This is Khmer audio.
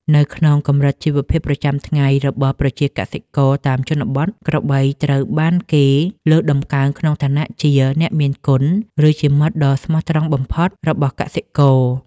នៅក្នុងកម្រិតជីវភាពប្រចាំថ្ងៃរបស់ប្រជាកសិករតាមជនបទ ក្របីត្រូវបានគេលើកតម្កើងក្នុងឋានៈជា អ្នកមានគុណ ឬជាមិត្តដ៏ស្មោះត្រង់បំផុតរបស់កសិករ។